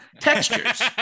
textures